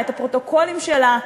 את הפרוטוקולים שלה,